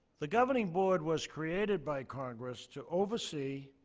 the governing board was created by congress to oversee,